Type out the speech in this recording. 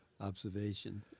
observation